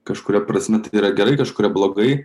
kažkuria prasme tai yra gerai kažkuria blogai